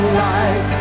light